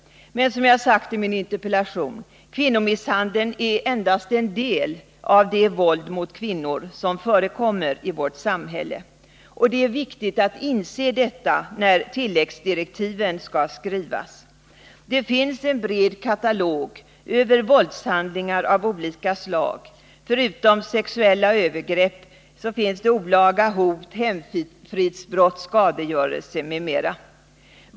Men som jag har sagt i min interpellation: Kvinnomisshandeln är endast en del av det våld mot kvinnor som förekommer i vårt samhälle. Det är viktigt att inse detta när tilläggsdirektiven skall skrivas. Det finns en bred katalog över våldshandlingar av olika slag. Förutom sexuella övergrepp har vi olaga hot, hemfridsbrott, skadegörelser m.m.